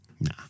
Nah